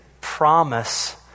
promise